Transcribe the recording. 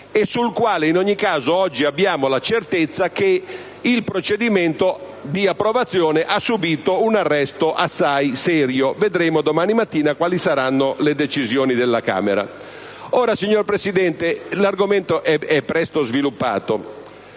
e sul quale in ogni caso oggi abbiamo la certezza che il procedimento di approvazione ha subìto un arresto assai serio (vedremo domani mattina quali saranno le decisioni della Camera). Ora, signor Presidente, l'argomento è presto sviluppato;